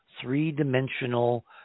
three-dimensional